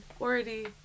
already